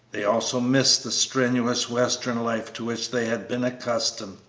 they also missed the strenuous western life to which they had been accustomed,